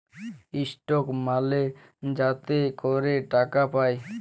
stock মালে যাতে ক্যরে টাকা পায়